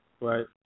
Right